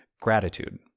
gratitude